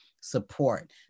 support